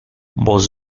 voz